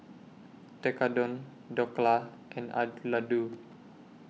Tekkadon Dhokla and Ladoo